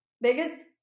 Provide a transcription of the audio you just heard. biggest